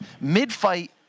mid-fight